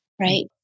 Right